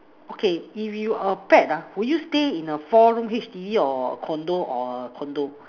okay if you're a pet ah would you stay in a four room H_D_B or condo or condo